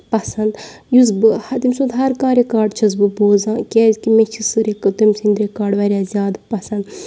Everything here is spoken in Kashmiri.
پَسند یُس بہٕ تٔمۍ سُند ہر کانٛہہ رِکاڈ چھَس بہٕ بوزان کیازِ کہِ مےٚ چھِ سٲری تٔمۍ سٕندۍ رِکاڈ واریاہ زیادٕ پَسند